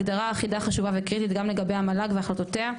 הגדרה אחידה חשובה וקריטית גם לגבי המועצה להשכלה גבוהה והחלטותיה,